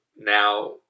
now